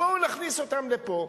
בואו נכניס אותם לפה.